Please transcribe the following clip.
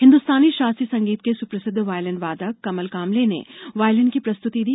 हिंदुस्तानी शास्त्रीय संगीत के सुप्रसिद्ध वायलन वादक कमल कामले ने वायलीन की प्रस्तुति दी